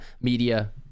media